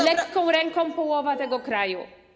Lekką ręką połowa tego kraju.